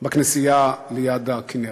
בכנסייה ליד הכינרת?